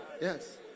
Yes